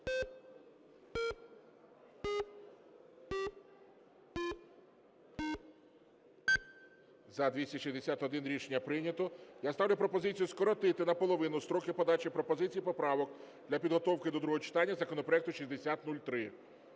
За-261 Рішення прийнято. Я ставлю пропозицію скоротити наполовину строки подачі пропозицій і поправок для підготовки до другого читання законопроекту 6003.